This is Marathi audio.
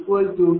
90